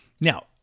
Now